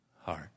heart